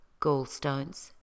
gallstones